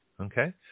okay